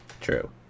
True